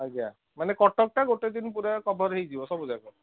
ଆଜ୍ଞା ମାନେ କଟକଟା ଗୋଟେ ଦିନରେ ପୁରା କଭର ହେଇଯିବ ସବୁ ଯାକ